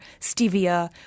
stevia